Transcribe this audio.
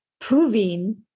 proving